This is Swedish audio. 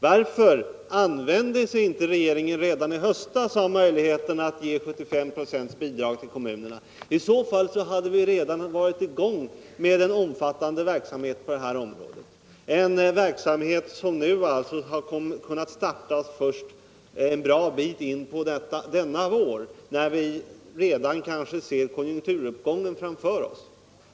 Varför använde sig inte regeringen redan i höstas av möjligheterna att ge 75 924 till kommunerna? I så fall hade vi redan varit i gång med en omfattande verksamhet på det här området, en verksamhet som nu kunnat starta först en bra bit in på detta år, då vi ser konjunkturuppgången framför oss.